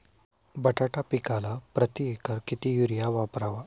बटाटा पिकाला प्रती एकर किती युरिया वापरावा?